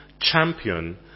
champion